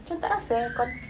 kau tak rasa eh kau